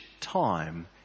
time